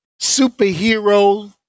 superhero